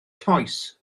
toes